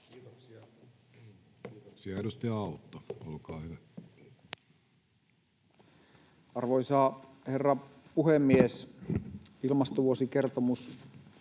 Kiitoksia. — Edustaja Autto, olkaa hyvä. Arvoisa herra puhemies! Ilmastovuosikertomus